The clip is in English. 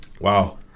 Wow